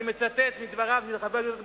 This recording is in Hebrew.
אני מצטט מדבריו של חבר הכנסת מופז: